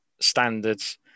standards